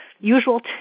usual